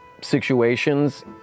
situations